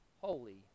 holy